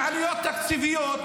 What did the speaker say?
עם עלויות תקציביות,